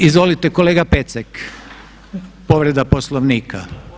Izvolite kolega Pecnik, povreda Poslovnika.